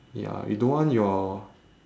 ya we don't want your